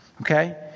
okay